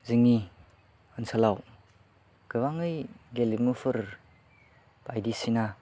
जोंनि ओनसोलाव गोबाङै गेलेमुफोर बायदिसिना